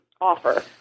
offer